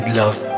love